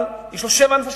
אבל יש לו שבע נפשות,